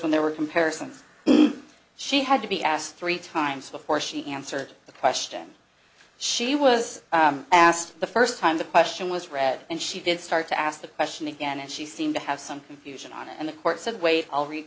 when they were comparisons she had to be asked three times before she answered the question she was asked the first time the question was read and she did start to ask the question again and she seemed to have some confusion on it and the court said wait